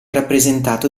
rappresentato